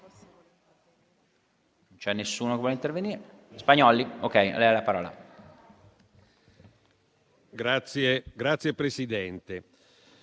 Grazie, Presidente.